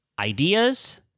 Ideas